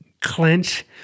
clench